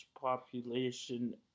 population